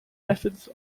methods